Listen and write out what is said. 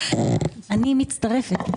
אני מצטרפת.